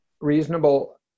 reasonable